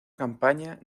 campaña